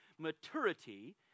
maturity